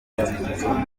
ubutaka